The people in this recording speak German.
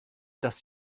dass